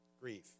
Grief